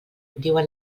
diuen